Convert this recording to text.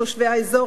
תושבי האזור,